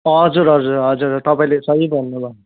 हजुर हजुर हजुर हजुर तपाईँले सही भन्नु भयो